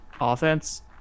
offense